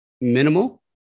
minimal